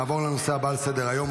נעבור לנושא הבא על סדר היום,